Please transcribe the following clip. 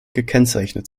gekennzeichnet